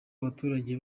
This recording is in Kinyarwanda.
abaturage